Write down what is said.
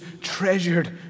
treasured